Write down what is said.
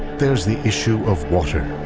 there's the issue of water.